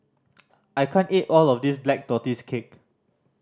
I can't eat all of this Black Tortoise Cake